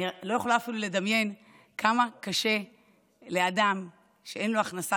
אני לא יכולה אפילו לדמיין כמה קשה לאדם שאין לו הכנסה